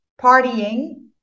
partying